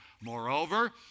Moreover